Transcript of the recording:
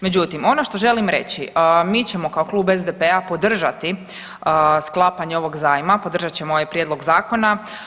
Međutim, ono što želim reći mi ćemo kao Klub SDP-a podržati sklapanje ovog zajma i podržat ćemo ovaj prijedlog zakona.